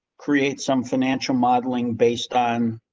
create some financial modeling based on.